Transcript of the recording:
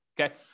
Okay